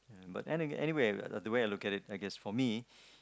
but and any~ anyway the way I look at it like is for me